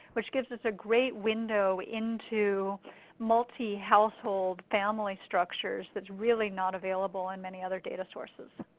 which gives us a great window into multi-household family structures thats really not available in many other data sources.